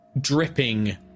dripping